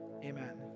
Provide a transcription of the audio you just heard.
Amen